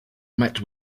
met